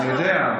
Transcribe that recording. אני יודע,